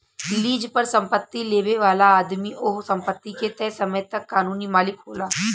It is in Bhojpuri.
लीज पर संपत्ति लेबे वाला आदमी ओह संपत्ति के तय समय तक कानूनी मालिक होला